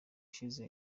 ishize